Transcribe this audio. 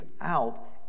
out